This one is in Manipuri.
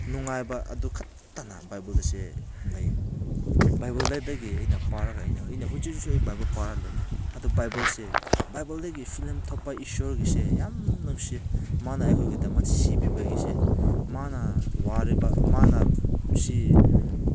ꯅꯨꯡꯉꯥꯏꯕ ꯑꯗꯨꯈꯛꯇꯅ ꯕꯥꯏꯕꯜ ꯑꯁꯦ ꯂꯩ ꯕꯥꯏꯕꯜ ꯂꯥꯏꯔꯤꯛꯇꯒꯤ ꯑꯩꯅ ꯄꯥꯔꯒ ꯑꯩꯅ ꯍꯧꯖꯤꯛ ꯍꯧꯖꯤꯛꯁꯨ ꯑꯩ ꯕꯥꯏꯕꯜ ꯄꯥꯔꯒ ꯂꯩ ꯑꯗꯣ ꯕꯥꯏꯕꯜꯁꯤ ꯕꯥꯏꯕꯜꯗꯒꯤ ꯐꯤꯂꯝ ꯊꯣꯛꯄ ꯏꯁꯣꯔꯒꯤꯁꯦ ꯌꯥꯝ ꯅꯨꯡꯁꯤ ꯃꯥꯅ ꯑꯩꯈꯣꯏꯒꯤꯗꯃꯛ ꯁꯦꯝꯕꯤꯕꯒꯤꯁꯦ ꯃꯥꯅ ꯋꯥꯔꯤꯕ ꯃꯥꯅ ꯅꯨꯡꯁꯤ